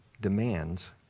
demands